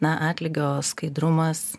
na atlygio skaidrumas